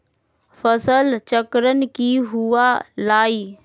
फसल चक्रण की हुआ लाई?